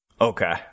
Okay